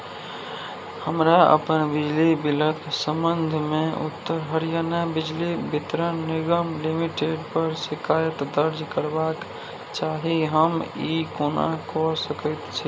हमरा अपन बिजली बिलक सम्बन्धमे उत्तर हरियाणा बिजली वितरण निगम लिमिटेडपर शिकायत दर्ज करबाक चाही हम ई कोना कऽ सकैत छी